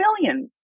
millions